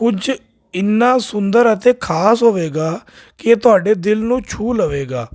ਕੁਝ ਇੰਨਾ ਸੁੰਦਰ ਅਤੇ ਖਾਸ ਹੋਵੇਗਾ ਕਿ ਤੁਹਾਡੇ ਦਿਲ ਨੂੰ ਛੂ ਲਵੇਗਾ